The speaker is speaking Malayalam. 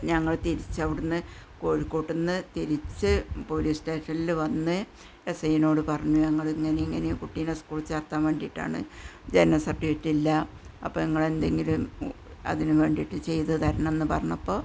ഞങ്ങള് തിരിച്ചവിടുന്ന് കോഴിക്കോട്ടുനിന്നു തിരിച്ച് പോലീസ് സ്റ്റേഷനില് വന്ന് എസ് ഐയിനോട് പറഞ്ഞു ഞങ്ങള് ഇങ്ങനെ ഇങ്ങനെയാ കുട്ടീനെ സ്കൂളില് ചേര്ത്താന് വേണ്ടിയിട്ടാണ് ജനനസര്ട്ടിഫിക്കറ്റില്ല അപ്പോള് നിങ്ങളെന്തെങ്കിലും അതിന് വേണ്ടിയിട്ട് ചെയ്തുതരണം എന്നു പറഞ്ഞപ്പോള്